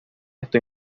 estoy